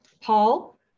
paul